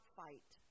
fight